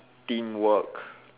teamwork